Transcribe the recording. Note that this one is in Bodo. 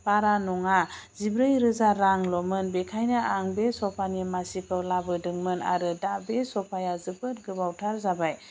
बारा नङा जिब्रै रोजा रांल'मोन बेखायनो आं बे सपानि मासिखौ लाबोदोंमोन आरो दा बे सपाया जोबोर गोबावथार जाबाय